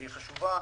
והיא חשובה,